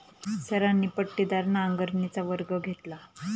सरांनी पट्टीदार नांगरणीचा वर्ग घेतला